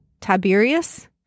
Tiberius